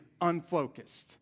unfocused